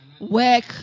work